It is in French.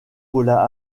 paula